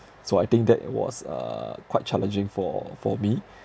so I think that was uh quite challenging for for me